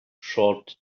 short